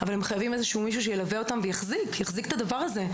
אבל הם חייבים מישהו שילווה אותם ויחזיק את הדבר הזה,